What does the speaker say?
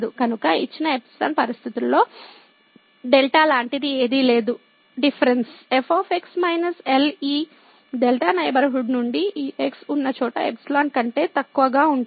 కనుక ఇచ్చిన ϵ పరిస్థితిలో δ లాంటిది ఏదీ లేదు డిఫ్రన్స f మైనస్ L ఈ δ నైబర్హుడ్ నుండి ఈ x ఉన్న చోట ϵ కంటే తక్కువగా ఉంటుంది